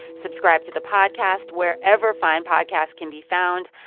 subscribe to the podcast wherever find podcasts can be found.